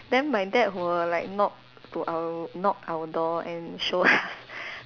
then my dad will like knock to our knock our door and show us